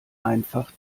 einfach